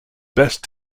best